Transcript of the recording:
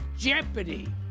Jeopardy